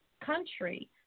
country